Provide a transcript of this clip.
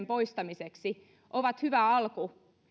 poistamiseksi ovat hyvä alku